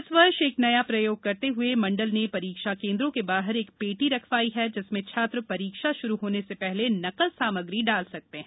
इस वर्ष एक नया प्रयोग करते हुए मण्डल ने परीक्षाकेंद्रों के बाहर एक पेटी रखवाई है जिसमें छात्र परीक्षा शुरू होने से पहले नकल सामग्री डाल सकते हैं